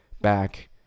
back